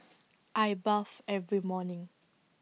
I bath every morning